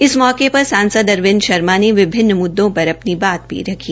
इस मौके पर सांसद अरविंद शर्मा में विभिन्न मुद्दों पर अपनी बात भी रखी